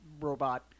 robot